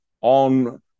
on